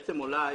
בעצם אולי